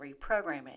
reprogramming